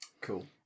Cool